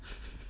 ft